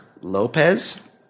Lopez